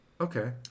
Okay